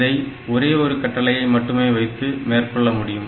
இதை ஒரே ஒரு கட்டளையை மட்டுமே வைத்து மேற்கொள்ள முடியும்